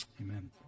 amen